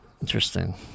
Interesting